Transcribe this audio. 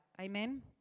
Amen